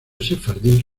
sefardí